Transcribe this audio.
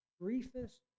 briefest